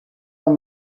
amb